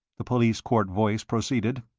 the police-court voice proceeded.